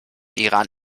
iran